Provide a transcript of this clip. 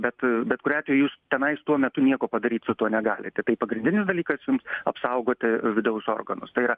bet bet kuriuo atveju jūs tenais tuo metu nieko padaryt su tuo negalite tai pagrindinis dalykas jums apsaugoti vidaus organus tai yra